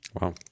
Wow